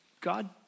God